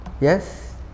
Yes